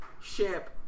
ship